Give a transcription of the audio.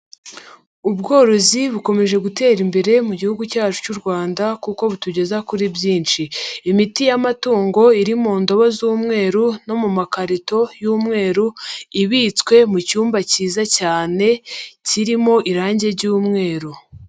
Ubworozi bukomeje gutera imbere mu Gihugu cyacu cy'u Rwanda kuko butugeza kuri byinshi. Imiti y'amatungo iri mu ndobo z'umweru no mu makarito y'umweru ibitswe mu cyumba kiza cyane kirimo irangi ry'umweru.